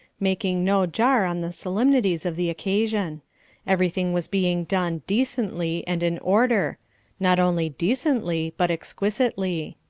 making no jar on the solemnities of the occasion everything was being done decently and in order not only decently, but exquisitely.